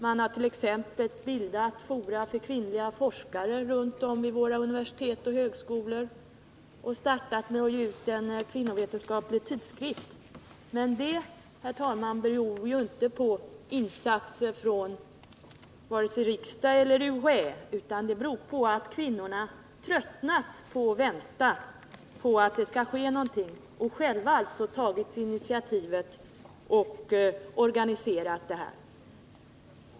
Man har t.ex. bildat fora för kvinnliga forskare runt om vid våra universitet och högskolor och man har börjat ge ut en kvinnovetenskaplig tidskrift. Men det, herr talman, beror ju inte på insatser från vare sig riksdagen eller UHÄ, utan på att kvinnorna tröttnat på att vänta på att det skall ske någonting. Därför har de själva tagit initiativet och organiserat detta.